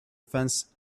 fence